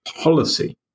policy